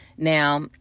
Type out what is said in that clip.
Now